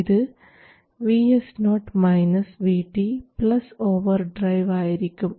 ഇത് VS0 VT overdrive ആയിരിക്കും